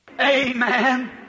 Amen